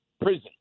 prison